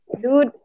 dude